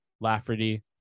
Lafferty